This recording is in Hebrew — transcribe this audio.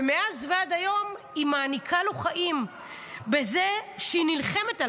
ומאז ועד היום היא מעניקה לו חיים בזה שהיא נלחמת עליו.